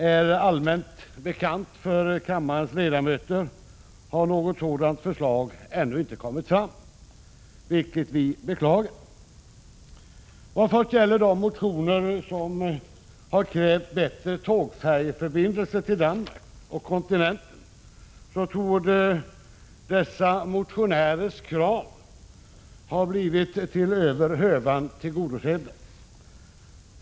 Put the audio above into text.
Som allmänt bekant är för kammarens ledamöter har något sådant förslag ännu inte kommit fram, vilket vi beklagar. Vad först gäller de motioner som har krävt bättre tågfärjeförbindelser till Danmark och kontinenten torde dessa motionärers krav ha blivit över hövan tillgodosedda.